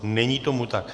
Není tomu tak.